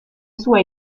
sua